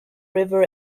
river